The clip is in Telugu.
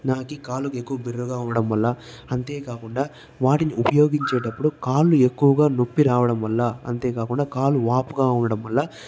నాకు కాలు ఎక్కువ బిర్రుగా ఉండడం వల్ల అంతేకాకుండా వాటిని ఉపయోగించేటప్పుడు కాళ్లు ఎక్కువగా నొప్పి రావడం వల్ల అంతే కాకుండా కాలు వాపుగా ఉండడం వల్ల